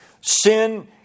sin